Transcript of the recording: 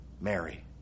Mary